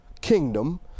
kingdom